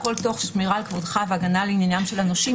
"הכול תוך שמירה על כבודך והגנה על עניינם של הנושים",